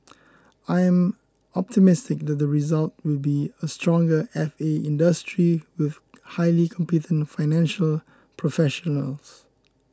I am optimistic that the result will be a stronger F A industry with highly competent financial professionals